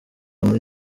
muri